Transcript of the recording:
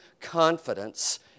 confidence